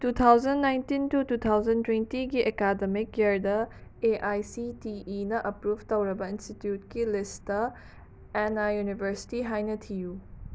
two thousand nineteen two two thousand ꯇ꯭ꯋꯦꯟꯇꯤꯒꯤ academic ꯏꯌꯥꯔꯗ A I C T ꯏꯅ ꯑꯄ꯭ꯔꯨꯐ ꯇꯧꯔꯕ ꯏꯟꯁꯇꯤꯇ꯭ꯌꯨꯠꯀꯤ ꯂꯤꯁꯇ ꯑꯦꯅꯥ ꯌꯨꯅꯤꯚꯔꯁꯤꯇꯤ ꯍꯥꯏꯅ ꯊꯤꯌꯨ